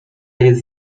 jest